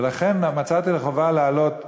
ולכן מצאתי חובה לעלות